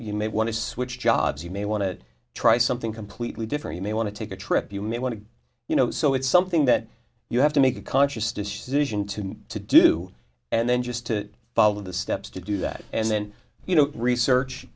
may want to switch jobs you may want to try something completely different you may want to take a trip you may want to you know so it's something that you have to make a conscious decision to to do and then just to follow the steps to do that and then you know research